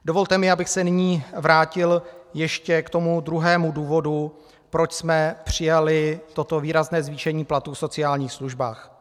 Dovolte mi, abych se nyní vrátil ještě k druhému důvodu, proč jsme přijali toto výrazné zvýšení platů v sociálních službách.